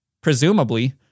presumably